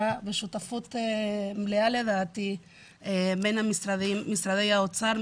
ושותפות מלאה לדעתי בין המשרדים: משרד האוצר,